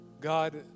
God